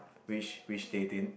which which they didn't